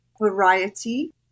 variety